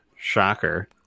shocker